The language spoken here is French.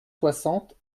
soixante